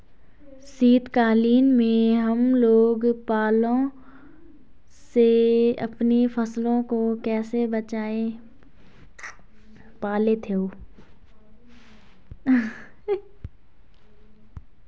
शीतकालीन में हम लोग पाले से अपनी फसलों को कैसे बचाएं?